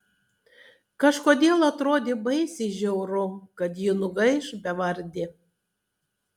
kažkodėl atrodė baisiai žiauru kad ji nugaiš bevardė